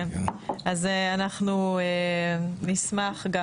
אז אנחנו נשמח,